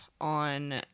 on